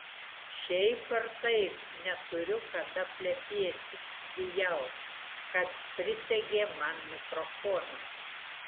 šiaip ar taip neturiu kada plepėti bijau kad prisegė man mikrofoną